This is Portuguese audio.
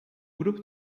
grupo